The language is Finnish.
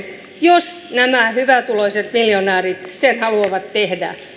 jos nämä hyvätuloiset miljonäärit sen haluavat tehdä